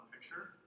picture